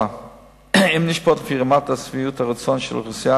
אם לשפוט לפי רמת שביעות הרצון של האוכלוסייה,